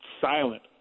silent